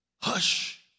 Hush